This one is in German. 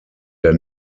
der